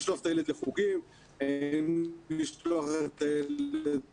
אם לשלוח את הילד לחוגים,